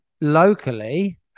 locally